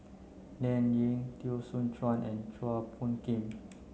Dan Ying Teo Soon Chuan and Chua Phung Kim